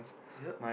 yup